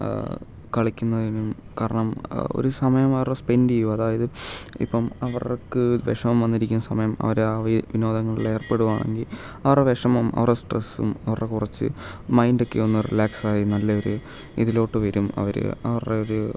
കളിക്കുന്നതിനും കാരണം ഒരു സമയം അവരുടെ സ്പെൻഡ് ചെയ്യും അതായത് ഇപ്പം അവർക്ക് വിഷമം വന്നിരിക്കുന്ന സമയം അവരാ വിനോദങ്ങളിൽ ഏർപ്പെടുകയാണെങ്കിൽ അവരുടെ വിഷമം അവരുടെ സ്ട്രെസും അവരുടെ കുറച്ച് മൈൻഡൊക്കെ ഒന്ന് റിലാക്സായി നല്ലൊരു ഇതിലോട്ട് വരും അവർ അവരുടെ ഒരു